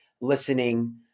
listening